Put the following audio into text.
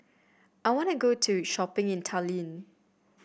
I want to go to shopping in Tallinn